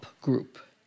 group